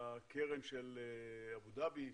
בקרן של אבו דאבי,